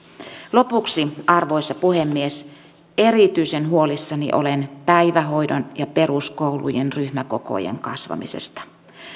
lopuksi arvoisa puhemies erityisen huolissani olen päivähoidon ja peruskoulujen ryhmäkokojen kasvamisesta